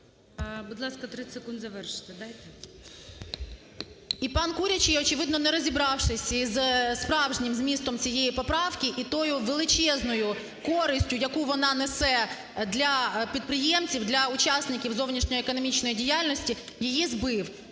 Будь ласка, 30 секунд завершити дайте. ОСТРІКОВА Т.Г. … і пан Курячий, очевидно не розібравшись, із справжнім змістом цієї поправки і тою величезною користю, яку вона несе для підприємців, для учасників зовнішньоекономічної діяльності, її збив.